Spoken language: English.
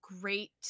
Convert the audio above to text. great